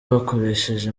wakoresheje